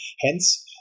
Hence